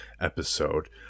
episode